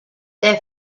their